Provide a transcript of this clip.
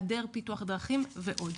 היעדר פיתוח דרכים ועוד.